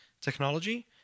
technology